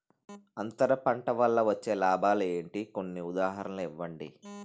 అంతర పంట వల్ల వచ్చే లాభాలు ఏంటి? కొన్ని ఉదాహరణలు ఇవ్వండి?